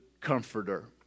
comforter